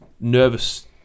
nervous